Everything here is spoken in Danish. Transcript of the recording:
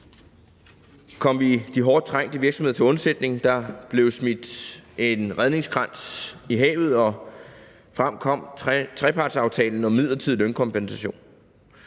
kom vi de hårdt trængte virksomheder til undsætning. Der blev smidt en redningskrans i havet, og frem kom trepartsaftalen om midlertidig lønkompensation.